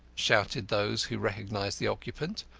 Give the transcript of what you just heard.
shouted those who recognised the occupant.